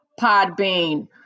Podbean